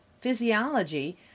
physiology